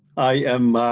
i am,